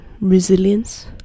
resilience